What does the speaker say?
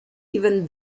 even